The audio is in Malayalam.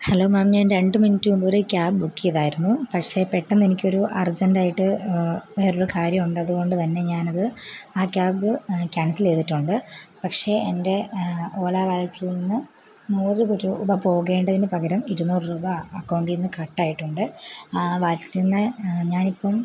ഹലോ മാം ഞാൻ രണ്ടു മിനിറ്റ് മുമ്പ് ഒരു ക്യാബ് ബൂക്ക് ചെയ്തായിരുന്നു പക്ഷേ പെട്ടെന്ന് എനിക്ക് ഒരു അർജൻറ്റായിട്ട് വേറൊരു കാര്യമുണ്ട് അതുകൊണ്ട് തന്നെ ഞാനത് ആ ക്യാബ് ക്യാൻസൽ ചെയ്തിട്ടൊണ്ട് പക്ഷേ എൻ്റെ ഓല വാലെറ്റിൽ നിന്ന് നൂറ് രൂപ പോകേണ്ടതിന് പകരം ഇരുന്നൂറ് രൂപ അക്കൗണ്ടീന്ന് കട്ടായിട്ടുണ്ട് ആ വാലെറ്റിന്ന് ഞാനിപ്പം